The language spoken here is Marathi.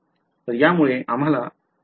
तर यामुळे आम्हाला व्यक्त होऊ दिले